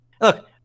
look